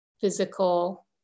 physical